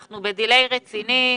אנחנו בדיליי רציני.